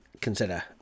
consider